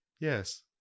yes